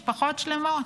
משפחות שלמות.